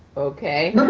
okay.